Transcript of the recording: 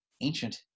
ancient